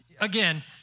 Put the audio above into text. again